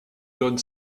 donne